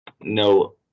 no